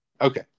Okay